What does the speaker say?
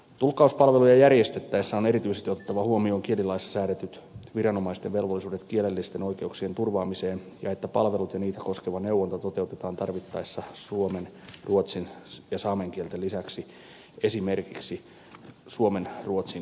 tulkkauspalveluita järjestettäessä on erityisesti otettava huomioon kielilaissa säädetyt viranomaisten velvollisuudet kielellisten oikeuksien turvaamiseen ja että palvelut ja niitä koskeva neuvonta toteutetaan tarvittaessa suomen ruotsin ja saamen kielten lisäksi esimerkiksi suomenruotsin viittomakielellä